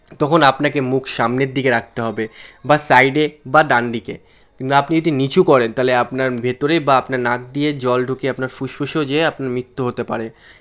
তখন আপনাকে মুখ সামনের দিকে রাখতে হবে বা সাইডে বা ডানদিকে কিন্তু আপনি যদি নিচু করেন তাহলে আপনার ভেতরে বা আপনার নাক দিয়ে জল ঢুকে আপনার ফুসফুষ যেয়ে আপনার মৃত্যু হতে পারে